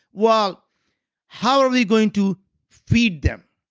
well how are we going to feed them?